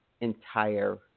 entire